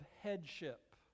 headship